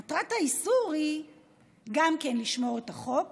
מטרת האיסור היא גם לשמור את החוק